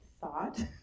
thought